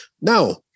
Now